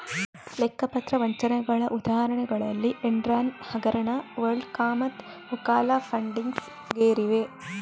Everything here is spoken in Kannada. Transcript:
ಲೆಕ್ಕ ಪತ್ರ ವಂಚನೆಗಳ ಉದಾಹರಣೆಗಳಲ್ಲಿ ಎನ್ರಾನ್ ಹಗರಣ, ವರ್ಲ್ಡ್ ಕಾಮ್ಮತ್ತು ಓಕಾಲಾ ಫಂಡಿಂಗ್ಸ್ ಗೇರಿವೆ